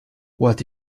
what